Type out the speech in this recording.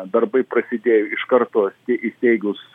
darbai prasidėjo iš karto įsteigus